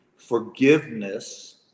Forgiveness